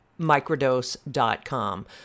microdose.com